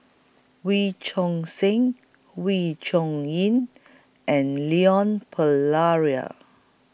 Wee Choon Seng Wee Chong Yin and Leon Perera